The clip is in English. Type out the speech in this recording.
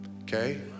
Okay